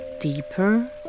deeper